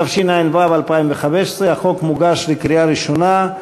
התשע"ו 2015. החוק מוגש לקריאה ראשונה.